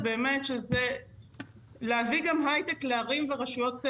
היא באמת להביא גם היי-טק לערים ולרשויות ערביות.